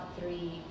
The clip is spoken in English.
three